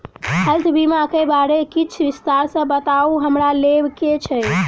Health बीमा केँ बारे किछ विस्तार सऽ बताउ हमरा लेबऽ केँ छयः?